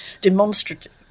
demonstrative